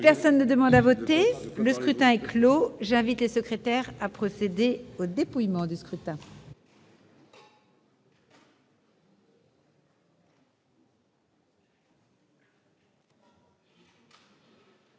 Personne ne demande plus à voter ?... Le scrutin est clos. J'invite Mmes et MM. les secrétaires à procéder au dépouillement du scrutin.